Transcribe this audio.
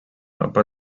upper